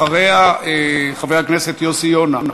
אחריה, חבר הכנסת יוסי יונה.